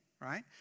right